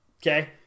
okay